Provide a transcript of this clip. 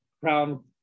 crown